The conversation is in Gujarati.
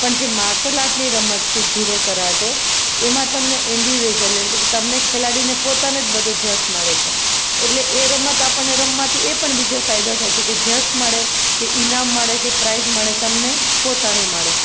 પણ જે માર્સલ આર્ટની રમત છે જુડો કરાટે એમાં તમને એન્ડીવેઝલ કે તમને ખિલાડીને પોતાને જ બધો જશ મળે છે એટલે એ રમત આપણને રમવાથી એ પણ બીજો ફાયદો થાય છે કે જશ મળે કે ઈનામ મળે કે પ્રાઇઝ મળે તમને પોતાને મળે